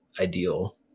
ideal